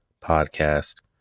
podcast